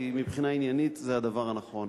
כי מבחינה עניינית זה הדבר הנכון.